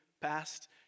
past